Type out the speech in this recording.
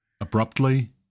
abruptly